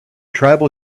tribal